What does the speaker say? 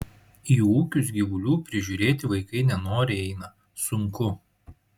į ūkius gyvulių prižiūrėti vaikai nenoriai eina sunku